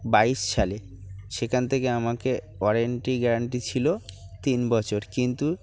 বাইশ সালে সেখান থেকে আমাকে ওয়ারেন্টি গ্যারান্টি ছিল তিন বছর কিন্তু